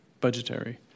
budgetary